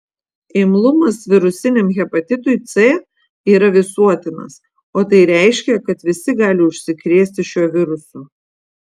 imlumas virusiniam hepatitui c yra visuotinas o tai reiškia kad visi gali užsikrėsti šiuo virusu